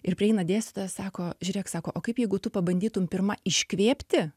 ir prieina dėstytoja sako žiūrėk sako o kaip jeigu tu pabandytum pirma iškvėpti